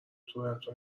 تورنتو